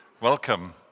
Welcome